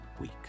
week